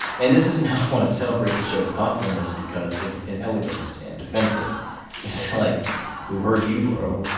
and this isn't how i want to celebrate the show's thoughtfulness because it's inelegant and defensive. it's like who hurt you, bro?